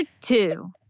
two